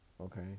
Okay